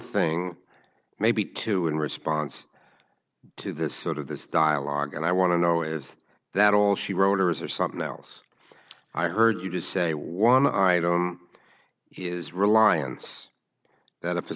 thing maybe two in response to this sort of this dialogue and i want to know is that all she wrote or is there something else i heard you just say one item is reliance that